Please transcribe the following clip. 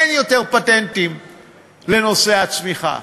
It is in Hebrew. אין יותר פטנטים לנושא הצמיחה.